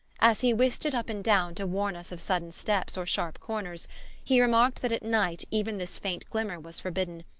as he whisked it up and down to warn us of sudden steps or sharp corners he remarked that at night even this faint glimmer was forbidden,